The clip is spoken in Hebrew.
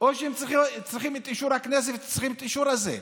או שהם צריכים את אישור הכנסת וצריכים את האישור הזה?